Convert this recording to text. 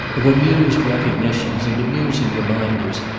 of amused recognitions and amusing reminders,